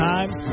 Times